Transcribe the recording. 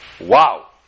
Wow